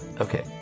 Okay